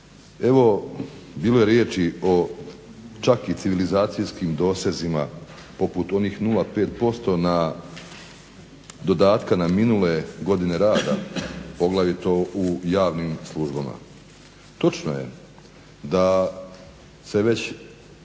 Evo bilo je riječi čak i o civilizacijskim dosezima poput onih 0,5% dodatka na minule godine rada poglavito u javnim službama. Točno je da se već